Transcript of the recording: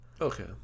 okay